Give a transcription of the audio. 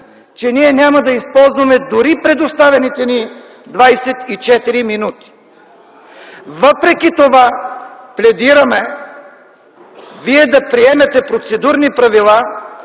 че ние няма да използваме дори предоставените ни 24 минути. Въпреки това пледираме Вие да приемете процедурни правила